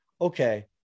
okay